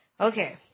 Okay